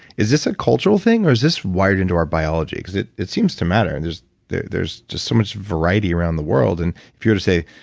is this a cultural thing? or is this wired into our biology? because it it seems to matter, and there's there's there's just so much variety around the world. and if you were to say,